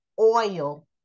oil